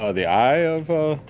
ah the eye of